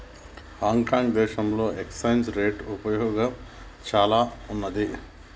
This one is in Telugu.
హాంకాంగ్ దేశంలో ఎక్స్చేంజ్ రేట్ ఉపయోగం చానా ఉన్నాది